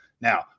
Now